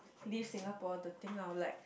leave Singapore to think of like